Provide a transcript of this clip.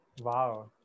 Wow